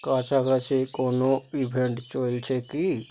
কাছাকাছি কোনও ইভেন্ট চলছে কি